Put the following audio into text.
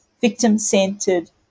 victim-centered